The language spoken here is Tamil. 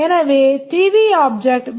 எனவே டிவி ஆப்ஜெக்ட் வி